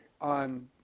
on